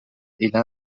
إلى